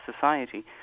society